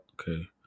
Okay